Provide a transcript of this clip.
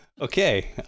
Okay